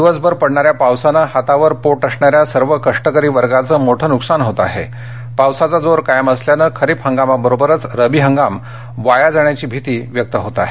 दिवसभर पडणाऱ्या पावसामुळे हातावर पोट असणाऱ्या सर्व कष्टकरी वर्गाचं मोठं नुकसान होत आहे पावसाचा जोर कायम असल्यामुळे खरीप हंगामाबरोबरच रब्बी हंगाम वाया जाण्याची भीती व्यक्त होत आहे